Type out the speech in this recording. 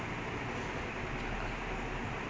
half time